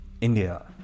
india